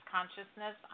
Consciousness